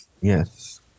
yes